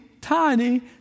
tiny